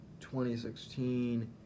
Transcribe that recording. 2016